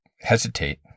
hesitate